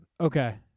Okay